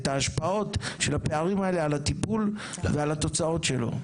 את ההשפעות של הפערים האלה על הטיפול ועל התוצאות שלו.